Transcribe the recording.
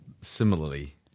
similarly